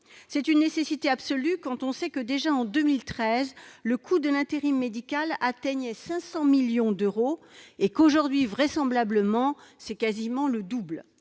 C'est une nécessité absolue, quand on sait que, déjà en 2013, le coût de l'intérim médical atteignait 500 millions d'euros et que, vraisemblablement, il est quasiment deux